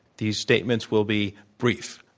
these statements will be brief.